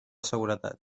seguretat